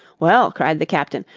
well, cried the captain,